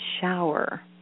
shower